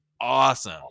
awesome